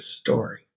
story